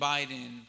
Biden